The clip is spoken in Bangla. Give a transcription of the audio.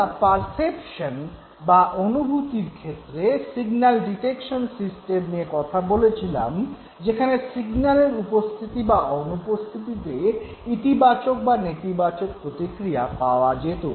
আমরা পারসেপশন বা অনুভূতির ক্ষেত্রে সিগন্যাল ডিটেকশন সিস্টেম নিয়ে কথা বলেছিলাম যেখানে সিগন্যালের উপস্থিতি বা অনুপস্থিতিতে ইতিবাচক বা নেতিবাচক প্রতিক্রিয়া পাওয়া যেত